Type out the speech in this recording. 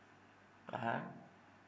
(uh huh)